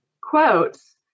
quotes